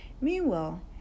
Meanwhile